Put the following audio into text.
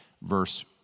Verse